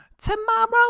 Tomorrow